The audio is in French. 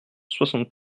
soixante